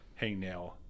hangnail